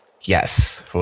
yes